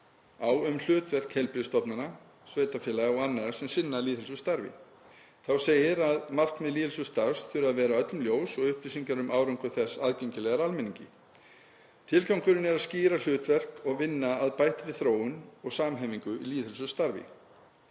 á um hlutverk heilbrigðisstofnana, sveitarfélaga og annarra sem sinna lýðheilsustarfi. Þá segir að markmið lýðheilsustarfs þurfi að vera öllum ljós og upplýsingar um árangur þess aðgengilegar almenningi. Tilgangurinn er að skýra hlutverk og vinna að bættri þróun og samhæfingu í lýðheilsustarfi.